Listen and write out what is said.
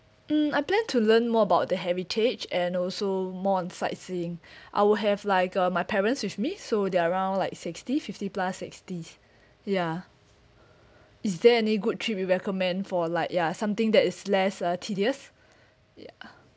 mm I planned to learn more about the heritage and also more on sightseeing I will have like uh my parents with me so they're around like sixty fifty plus sixties ya is there any good trip you recommend for like ya something that is less uh tedious ya